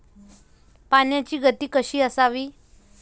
पाण्याची गती कशी असावी?